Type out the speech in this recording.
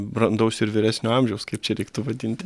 brandaus ir vyresnio amžiaus kaip čia reiktų vadinti